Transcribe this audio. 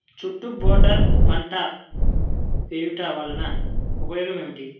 చుట్టూ బోర్డర్ పంట వేయుట వలన ఉపయోగం ఏమిటి?